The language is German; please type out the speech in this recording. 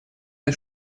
der